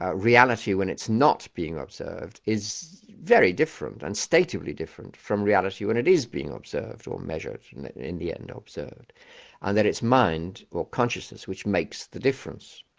ah reality when it's not being observed is very different and statively different from reality when it is being observed or measured and in the end observed. and that it's mind or consciousness which makes the difference.